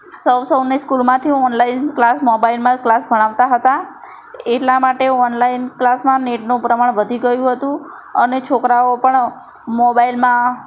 સૌ સૌની સ્કૂલમાંથી ઓનલાઈન ક્લાસ મોબાઈલમાં જ ક્લાસ ભણાવતા હતા એટલા માટે ઓનલાઈન ક્લાસમાં નેટનો પ્રમાણ વધી ગયું હતું અને છોકરાઓ પણ મોબાઈલમાં